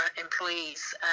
employees